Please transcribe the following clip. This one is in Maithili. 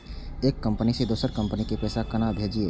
एक कंपनी से दोसर कंपनी के पैसा केना भेजये?